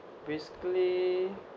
basically